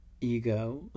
ego